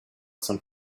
some